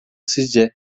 sizce